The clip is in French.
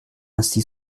ainsi